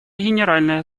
генеральной